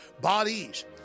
Bodies